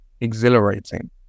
exhilarating